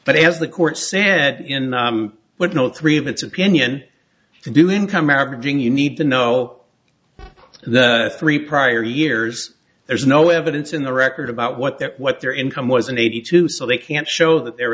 but as the court said in what no three of its opinion can do income averaging you need to know the three prior years there's no evidence in the record about what they're what their income was in eighty two so they can't show that they're